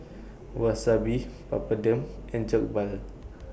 Wasabi Papadum and Jokbal